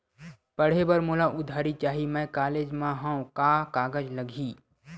पढ़े बर मोला उधारी चाही मैं कॉलेज मा हव, का कागज लगही?